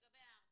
--- לגבי (4).